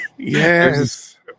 Yes